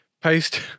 paste